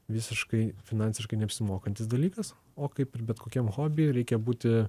visiškai finansiškai neapsimokantis dalykas o kaip ir bet kokiam hobyje reikia būti